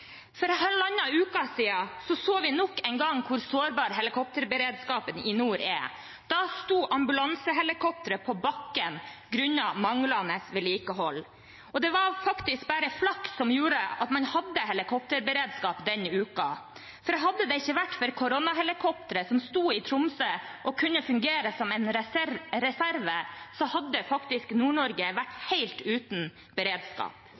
For halvannen uke siden så vi nok en gang hvor sårbar helikopterberedskapen i nord er. Da sto ambulansehelikopteret på bakken grunnet manglende vedlikehold. Det var faktisk bare flaks som gjorde at man hadde helikopterberedskap den uka, for hadde det ikke vært for koronahelikopteret som sto i Tromsø og kunne fungere som en reserve, hadde faktisk Nord-Norge vært helt uten beredskap.